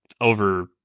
over